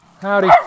Howdy